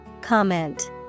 Comment